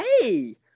Hey